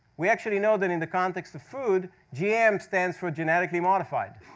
we actually know that in the context of food, gm stands for, genetically modified.